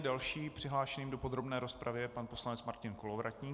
Dalším přihlášeným do podrobné rozpravy je pan poslanec Martin Kolovratník.